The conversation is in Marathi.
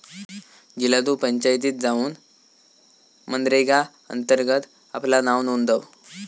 झिला तु पंचायतीत जाउन मनरेगा अंतर्गत आपला नाव नोंदव